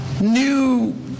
new